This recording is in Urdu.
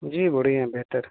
جی بولیھے بہتر